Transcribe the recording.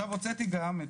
עכשיו הוצאתי גם,